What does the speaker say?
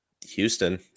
Houston